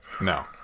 No